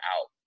out